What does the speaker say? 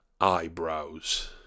eyebrows